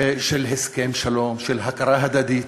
של הסכם שלום, של הכרה הדדית.